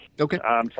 Okay